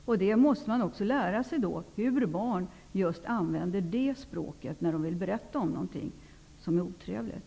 Man måste lära sig hur barn använder det språket när de vill berätta om någonting som är otrevligt.